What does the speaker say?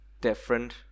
different